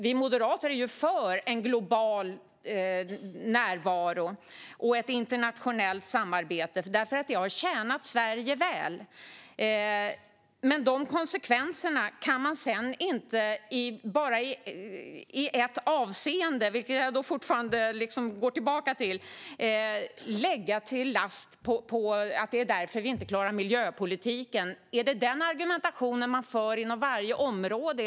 Vi moderater är för en global närvaro och ett internationellt samarbete. Det har tjänat Sverige väl. Men jag går tillbaka till att de konsekvenserna sedan inte kan läggas dem till last för att vi därför inte klarar miljöpolitiken. Är det den argumentationen man för inom varje område?